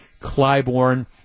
Clybourne